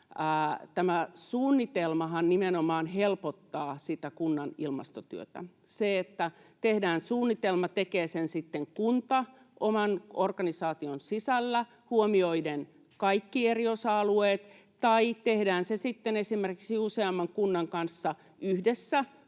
Tämä suunnitelmahan nimenomaan helpottaa sitä kunnan ilmastotyötä. Sehän, että tehdään suunnitelma — tekee sen sitten kunta oman organisaation sisällä huomioiden kaikki eri osa-alueet tai tehdään se sitten esimerkiksi useamman kunnan kanssa yhdessä,